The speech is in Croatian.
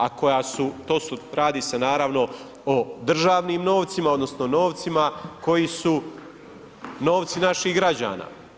A koja su, radi se naravno o državnim novcima odnosno novcima koji su novci naših građana.